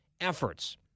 efforts